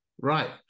Right